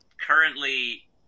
currently